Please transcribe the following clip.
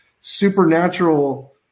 supernatural